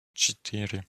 четыре